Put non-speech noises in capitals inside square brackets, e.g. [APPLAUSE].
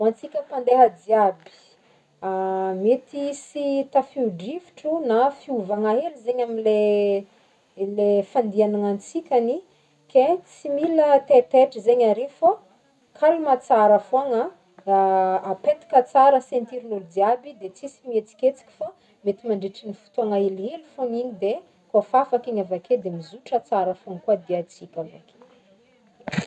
Ho antsika mpandeha jiaby, [HESITATION] mety hisy tafio-drivotro na fiovanga hely zegny amle le [HESITATION] fandehagnagn'antsikagny ke tsy mila taitaitra zegny are fô calme tsara fôgna [HESITATION] apetaka tsara ceinturen'olo jiaby de tsisy mietsiketsiky fô mety mandritry ny fotoagna helihely fogna igny de kaofa afaka igny avake de mizotra tsara fogny koa diantsika avake.